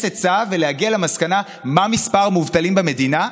עצה ולהגיע למסקנה מה מספר המובטלים במדינה.